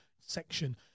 section